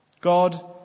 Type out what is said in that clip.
God